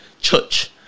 Church